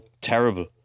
terrible